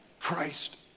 christ